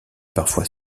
parfois